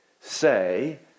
say